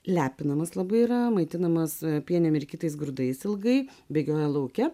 lepinamas labai yra maitinamas piene mirkytais grūdais ilgai bėgioja lauke